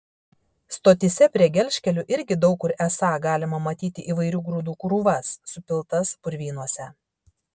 stotyse prie gelžkelių irgi daug kur esą galima matyti įvairių grūdų krūvas supiltas purvynuose